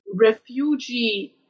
refugee